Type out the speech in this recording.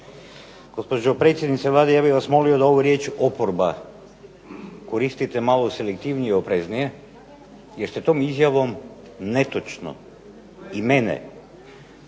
Gospođo predsjednice Vlade, ja bih vas molio da ovu riječ oporba koristite malo selektivnije i opreznije, jer ste tom izjavom netočno i mene